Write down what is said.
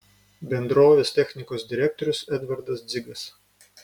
bendrovės technikos direktorius edvardas dzigas